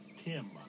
Tim